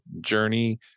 journey